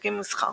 עסקים ומסחר